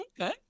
Okay